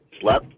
slept